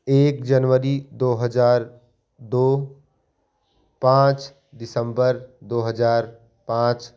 एक जनवरी दो हज़ार दो पाँच दिसम्बर दो हज़ार पाँच